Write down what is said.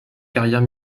carrière